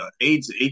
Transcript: AIDS